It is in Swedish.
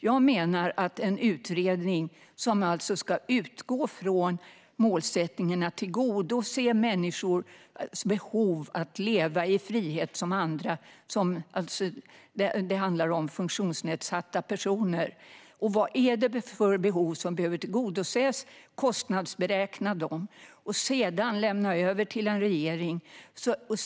Jag menar att en utredning ska utgå från målsättningen att tillgodose funktionsnedsatta personers behov av att leva i frihet som andra. Man ska titta på vad det är för behov som behöver tillgodoses, kostnadsberäkna dem och lämna över till en regering.